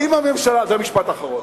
זה משפט אחרון.